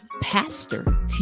pastor